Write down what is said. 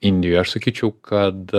indijoj aš sakyčiau kad